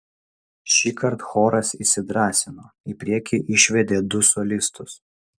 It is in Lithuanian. šįkart choras įsidrąsino į priekį išvedė du solistus